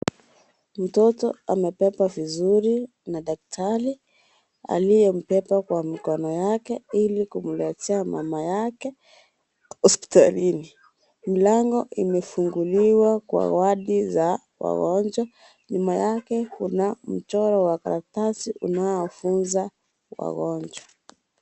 Mtoto amebebwa vizuri na daktari aliyembeba kwa mikono yake ili kumletea mama yake hospitalini. Mlango imefunguliwa kwa wadi za wagonjwa. Nyuma yake kuna mchoro wa karatasi unaowafunza wagonjwa.